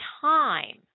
time